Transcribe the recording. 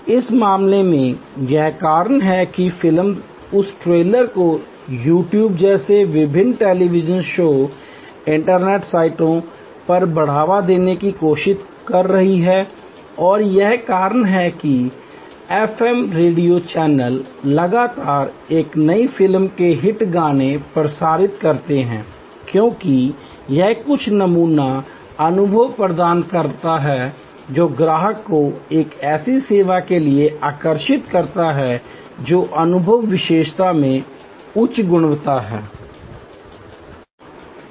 इस मामले में यही कारण है कि फिल्म उस ट्रेलर को YouTube जैसे विभिन्न टेलीविज़न शो और इंटरनेट साइटों पर बढ़ावा देने की कोशिश कर रही है और यही कारण है कि एफएम रेडियो चैनल लगातार एक नई फिल्म के हिट गाने प्रसारित करते हैं क्योंकि यह कुछ नमूना अनुभव प्रदान करता है जो ग्राहक को एक ऐसी सेवा के लिए आकर्षित करता है जो अनुभव विशेषता में उच्च गुणवत्ता है